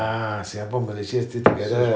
ah singapore malaysia still together